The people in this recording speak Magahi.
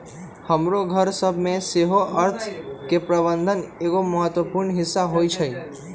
हमरो घर सभ में सेहो अर्थ के प्रबंधन एगो महत्वपूर्ण हिस्सा होइ छइ